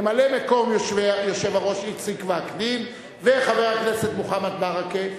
ממלא-מקום היושב-ראש איציק וקנין וחבר הכנסת מוחמד ברכה,